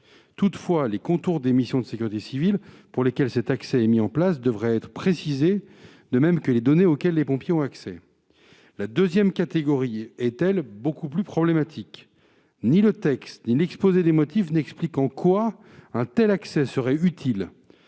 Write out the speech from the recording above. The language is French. Toutefois, les contours des missions de sécurité civile pour lesquelles cet accès est mis en place devraient être précisés, de même que les données auxquelles les pompiers ont accès. La seconde catégorie est, elle, beaucoup plus problématique. En effet, ni le texte ni l'objet de l'amendement n'expliquent en quoi un tel accès serait utile.